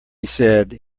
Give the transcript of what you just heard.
said